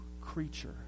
creature